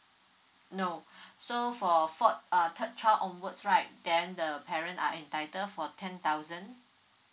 no so for fourth uh third child onwards right then the parent are entitled for ten thousand